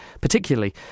particularly